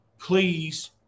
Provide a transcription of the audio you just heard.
please